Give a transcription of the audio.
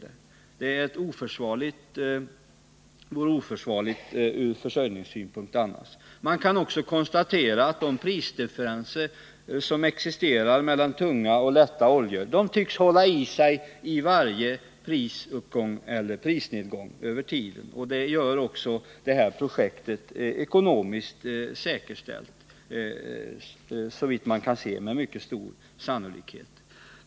Det vore annars oförsvarligt från försörjningssynpunkt. Man kan också konstatera att de prisdifferenser som existerar mellan tunga och lätta oljor tycks hålla i sig i varje prisuppgång eller prisnedgång. Det gör att ett sådant här projekt med mycket stor sannolikhet är ekonomiskt säkerställt.